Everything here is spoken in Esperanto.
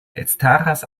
elstaras